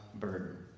burden